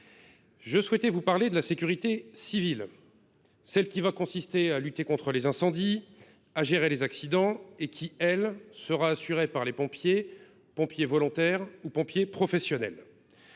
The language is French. je souhaite vous parler de la sécurité civile, celle qui consistera à lutter contre les incendies ou à gérer les accidents et qui sera assurée par les pompiers, volontaires ou professionnels.